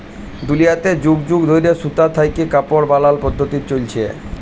দুলিয়াতে যুগ যুগ ধইরে সুতা থ্যাইকে কাপড় বালালর পদ্ধতি চইলছে